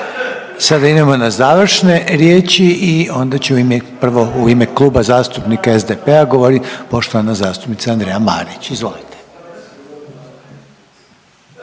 Sada idemo na završne riječi i onda će u ime, prvo u ime Kluba zastupnika SDP-a govorit poštovana zastupnica Andreja Marić. Izvolite.